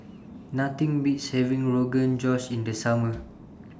Nothing Beats having Rogan Josh in The Summer